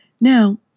Now